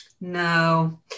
no